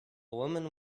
woman